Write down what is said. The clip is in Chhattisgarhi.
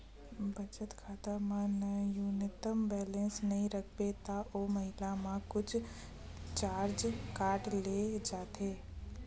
बचत खाता म न्यूनतम बेलेंस नइ राखबे त ओ महिना म कुछ चारज काट ले जाथे